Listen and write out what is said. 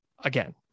again